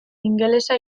ingelesa